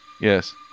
Yes